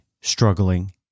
struggling